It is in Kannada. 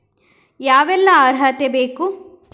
ಯಾವೆಲ್ಲ ಅರ್ಹತೆ ಬೇಕು?